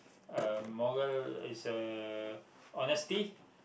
uh moral is a honesty